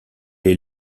est